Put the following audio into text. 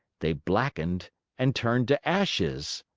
they blackened and turned to ashes.